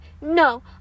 no